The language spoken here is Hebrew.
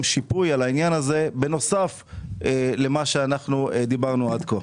שיפוי על העניין הזה בנוסף למה שאנחנו דיברנו עד כה?